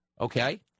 Okay